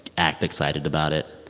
act excited about it